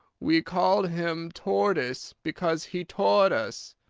we called him tortoise because he taught us,